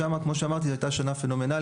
שם כמו שאמרתי זו הייתה שנה פנומנלית,